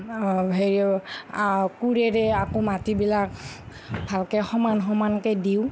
কোৰেৰে আকৌ মাটিবিলাক ভালকৈ সমান সমানকৈ দিওঁ